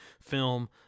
film